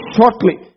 shortly